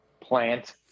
plant